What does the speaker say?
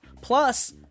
plus